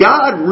God